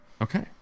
Okay